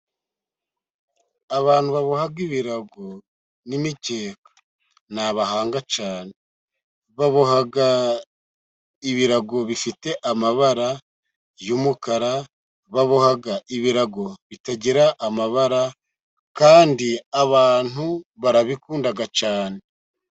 Abantu baboha ibirago n'imikeka ni abahanga cyane baboha ibirago bifite amabara y'umukara, baboha ibirago bitagira amabara kandi abantu barabikunda cyane.